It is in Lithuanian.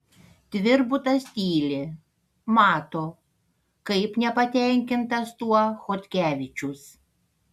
tvirbutas tyli mato kaip nepatenkintas tuo chodkevičius